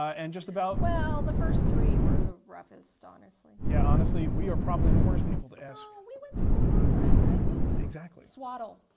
and just about. well, the first three were the roughest, honestly. yeah, honestly, we are probably the worst people to ask. we went through a lot i think. exactly. swaddle,